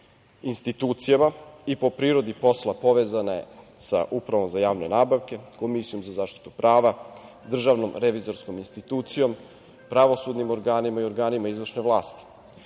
institucijama i po prirodi posla povezane sa Upravom za javne nabavke, Komisijom za zaštitu prava, Državnom revizorskom institucijom, pravosudnim organima i organima izvršne vlasti. Da